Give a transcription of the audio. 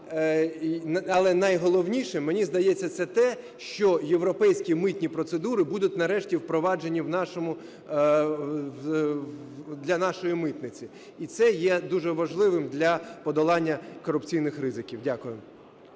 А найголовніше мені здається це те, що європейські митні процедури будуть нарешті впроваджені для нашої митниці. І це є дуже важливим для подолання корупційних ризиків. Дякую.